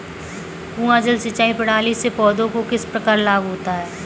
कुआँ जल सिंचाई प्रणाली से पौधों को किस प्रकार लाभ होता है?